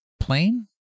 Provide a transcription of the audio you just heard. plane